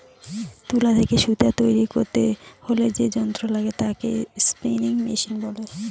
তুলা থেকে সুতা তৈরী করতে হলে যে যন্ত্র লাগে তাকে স্পিনিং মেশিন বলে